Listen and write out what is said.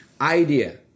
idea